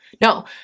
No